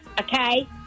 okay